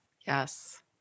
Yes